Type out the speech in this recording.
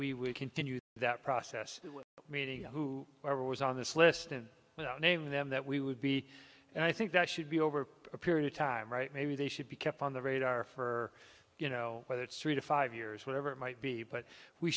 will continue that process meeting who are was on this list and name them that we would be and i think that should be over a period of time right maybe they should be kept on the radar for you know whether it's three to five years whatever it might be but we